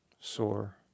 sore